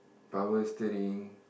power steering